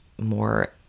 more